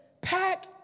Pack